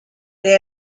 they